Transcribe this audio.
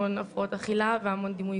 המון הפרעות אכילה והמון בעיות בדימוי